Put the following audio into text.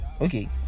okay